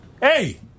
Hey